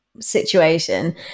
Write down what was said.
situation